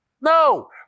no